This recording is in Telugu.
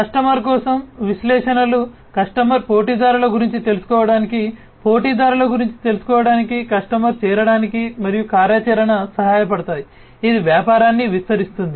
కస్టమర్ కోసం విశ్లేషణలు కస్టమర్ పోటీదారుల గురించి తెలుసుకోవడానికి పోటీదారుల గురించి తెలుసుకోవడానికి కస్టమర్ చేరడానికి మరియు కార్యాచరణకు సహాయపడతాయి ఇది వ్యాపారాన్ని విస్తరిస్తుంది